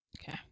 Okay